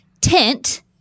tent